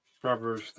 Proverbs